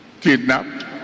kidnapped